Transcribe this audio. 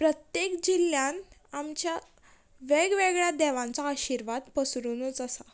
प्रत्येक जिल्ल्यान आमच्या वेगवेगळ्या देवांचो आशिर्वाद पसरुनूच आसा